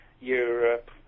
Europe